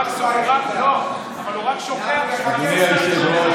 אדוני היושב-ראש,